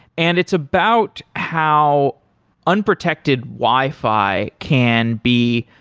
and it's about how unprotected wi-fi can be,